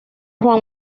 juan